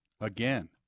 again